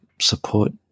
support